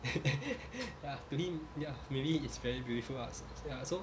ya to him ya maybe it's very beautiful ah so so ya so